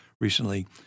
recently